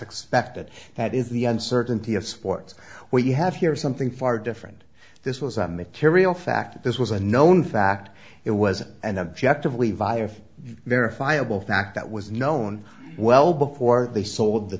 expected that is the uncertainty of sports we have here is something far different this was a material fact this was a known fact it wasn't an objective levi or verifiable fact that was known well before they sold the